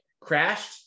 crashed